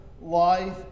life